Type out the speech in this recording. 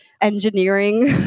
engineering